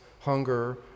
hunger